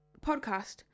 podcast